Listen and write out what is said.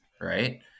right